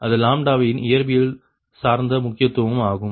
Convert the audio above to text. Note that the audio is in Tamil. இது லாம்ப்டாவின் இயற்பியல் சார்ந்த முக்கியத்துவமும் ஆகும்